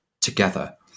together